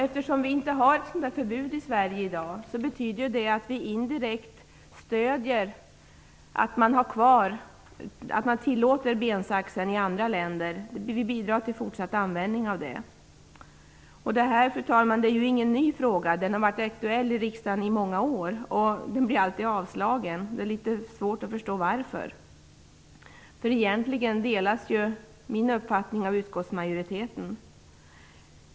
Eftersom vi inte har ett importförbud i Sverige i dag betyder det att vi indirekt stöder att man har tillåter bensax i andra länder. Vi bidrar till en fortsatt användning. Fru talman! Detta är inte en ny fråga. Den har varit aktuell i riksdagen i många år. Förslaget har alltid avvisats. Det är svårt att förstå varför, eftersom min uppfattning egentligen delas av utskottsmajoriteten.